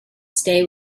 stay